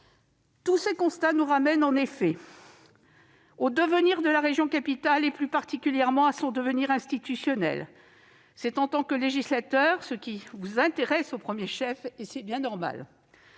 Tous ces constats nous ramènent au devenir de la région capitale, plus particulièrement à son devenir institutionnel. En tant que législateur, c'est ce qui vous intéresse au premier chef, et c'est bien normal,